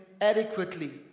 adequately